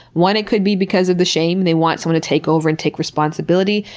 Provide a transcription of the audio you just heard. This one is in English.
one, it could be because of the shame. they want someone to take over and take responsibility.